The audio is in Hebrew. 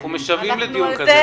אנחנו משוועים לדיון כזה.